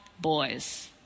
boys